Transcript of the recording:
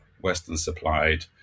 Western-supplied